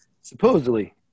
supposedly